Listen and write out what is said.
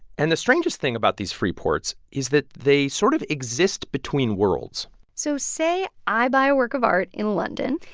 and the strangest thing about these free ports is that they sort of exist between worlds so say i buy a work of art in london.